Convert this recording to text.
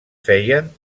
feien